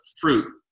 fruit